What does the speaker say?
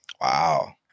Wow